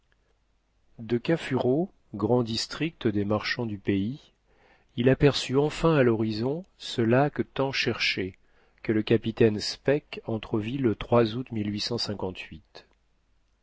de kafuro grand district des marchands du pays il aperçut enfin à l'horizon ce lac tant cherché que le capitaine speke entrevit le août